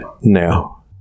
now